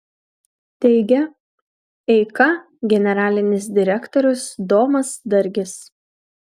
teigia eika generalinis direktorius domas dargis